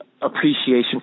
appreciation